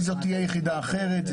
ביחידה אחרת.